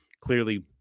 clearly